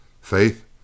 Faith